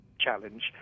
challenge